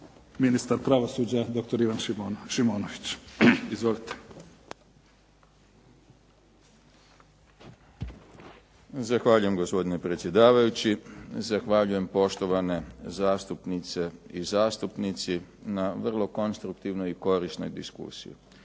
ministar pravosuđa, doktor Ivan Šimonović. Izvolite. **Šimonović, Ivan** Zahvaljujem, gospodine predsjedavajući. Zahvaljujem, poštovane zastupnice i zastupnici na vrlo konstruktivnoj i korisnoj diskusiji.